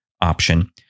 option